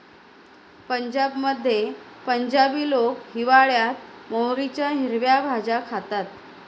पंजाबमध्ये पंजाबी लोक हिवाळयात मोहरीच्या हिरव्या भाज्या खातात